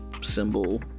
symbol